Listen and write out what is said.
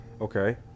Okay